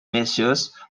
measures